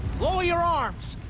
lower your arms.